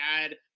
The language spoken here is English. add